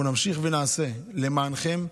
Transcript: אנחנו נמשיך ונעשה למענכם,